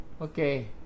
Okay